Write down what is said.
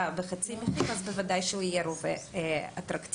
בחצי מחיר אז בוודאי שהוא יהיה רובה אטרקטיבי.